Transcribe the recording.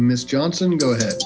miss johnson go ahead